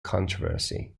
controversy